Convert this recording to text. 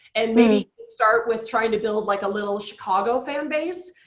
and maybe start with trying to build like a little chicago fanbase.